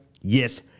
Yes